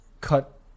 cut